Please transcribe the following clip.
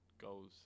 goals